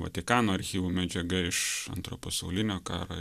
vatikano archyvų medžiaga iš antro pasaulinio karo